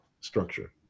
structure